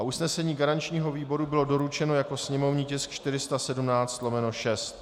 Usnesení garančního výboru bylo doručeno jako sněmovní tisk 417/6.